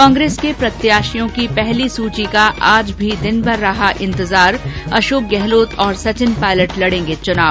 कांग्रेस के प्रत्याशियों की पहली सूची का आज भी दिनभर रहा इंतजार अशोक गहलोत और सचिन पायलेट लड़ेंगे चुनाव